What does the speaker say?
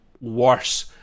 worse